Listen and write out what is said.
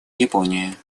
японии